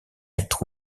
être